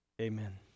Amen